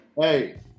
Hey